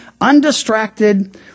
undistracted